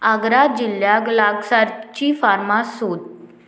आग्रा जिल्ल्याक लागसारची फार्मास सोद